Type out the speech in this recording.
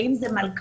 ואם זה מלכ"ר,